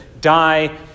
die